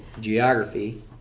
geography